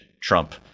Trump